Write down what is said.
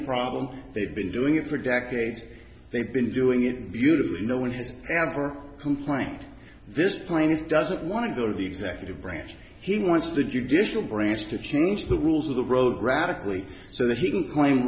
problem they've been doing it for decades they've been doing it beautifully no one has ever complained this point doesn't want to go to the executive branch he wants to do different branches to change the rules of the road radically so that he can claim